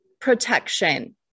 protection